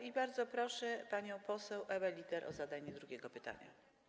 I bardzo proszę panią poseł Ewę Lieder o zadanie drugiego pytania.